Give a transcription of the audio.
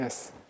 Yes